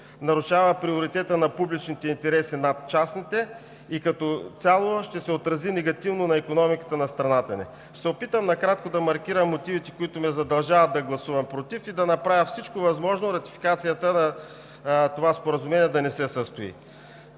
нарушава приоритета на публичните интереси над частните и като цяло ще се отрази негативно на икономиката на страната ни. Ще се опитам накратко да маркирам мотивите, които ме задължават да гласувам „против“ и да направя всичко възможно ратификацията на това споразумение да не се състои.